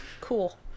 Cool